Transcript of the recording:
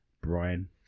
Brian